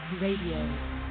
Radio